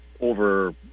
over